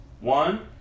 One